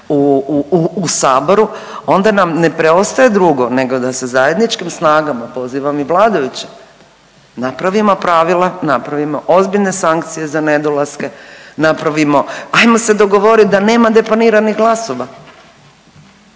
u saboru, onda nam ne preostaje drugo nego da se zajedničkim snagama, pozivam i vladajuće, napravimo pravila, napravimo ozbiljne sankcije za nedolaske, napravimo, ajmo se dogovorit da nema deponiranih glasova.